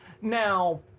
Now